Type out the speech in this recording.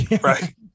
right